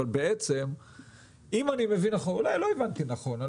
ואם אני מבין נכון,